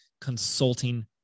consulting